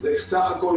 זה סך הכול